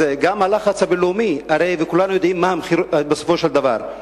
גם הלחץ הבין-לאומי הרי כולנו יודעים מה המחיר בסופו של דבר.